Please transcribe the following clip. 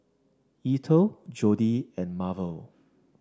Eathel Jodi and Marvel